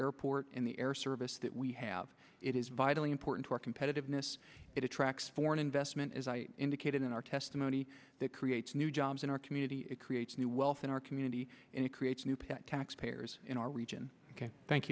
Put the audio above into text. airport in the air service that we have it is vitally important to our competitiveness it attracts foreign investment as i indicated in our testimony that creates new jobs in our community it creates new wealth in our community and it creates new pet taxpayers in our region